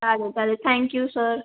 चालेल चालेल thank you sir